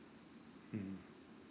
mmhmm